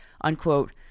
unquote